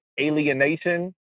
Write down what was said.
alienation